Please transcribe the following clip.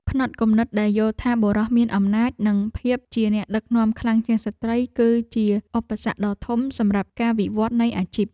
ផ្នត់គំនិតដែលយល់ថាបុរសមានអំណាចនិងភាពជាអ្នកដឹកនាំខ្លាំងជាងស្ត្រី គឺជាឧបសគ្គដ៏ធំសម្រាប់ការវិវត្តនៃអាជីព។